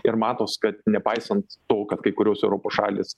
ir matos kad nepaisant to kad kai kurios europos šalys